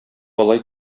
алай